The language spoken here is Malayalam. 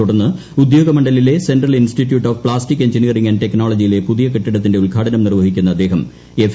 തുടർന്ന് ഉദ്യോഗമണ്ഡലിലെ central institute of plastic engineering and ടെക്നോളജിയിലെ പുതിയ കെട്ടിടത്തിന്റെ ഉദ്ഘാടനം നിർവ്വഹിക്കുന്ന അദ്ദേഹം എഫ്